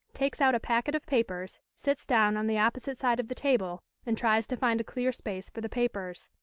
takes out a packet of papers, sits down on the opposite side of the table, and tries to find a clear space for the papers.